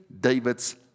David's